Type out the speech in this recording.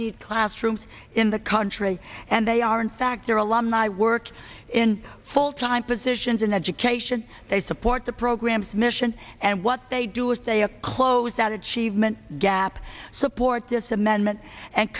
these classrooms in the country and they are in fact their alumni work in full time positions in education they support the programs mission and what they do is they close out achievement gap support this amendment and